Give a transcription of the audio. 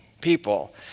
people